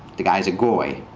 the guy is a goy,